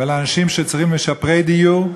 ולאנשים שצריכים לשפר דיור,